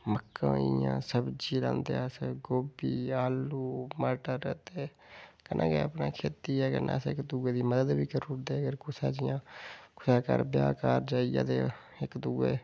मक्कां होई गेइआं सब्जी रांह्दे अस गोभी आलू मटर ते कन्नै गै अपने खेती ऐ कन्नै असें इक दूए दी मदद बी करी उड़दे अगर कुसै जि'यां कुसा दे घर ब्याह कार्ज आई गेआ ते इक दूए